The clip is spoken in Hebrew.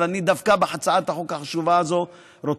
אבל דווקא בהצעת החוק החשובה הזאת אני